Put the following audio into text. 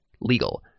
legal